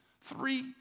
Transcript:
Three